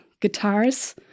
guitars